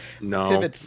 No